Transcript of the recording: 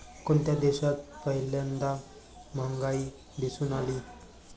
कोणत्या देशात पहिल्यांदा महागाई दिसून आली?